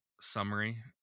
summary